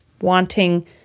wanting